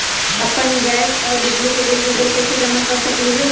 अपन गैस और बिजली के बिल गूगल पे से जमा कर सकलीहल?